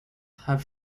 have